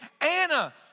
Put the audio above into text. Anna